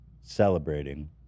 Celebrating